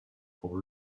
pour